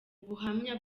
buhamya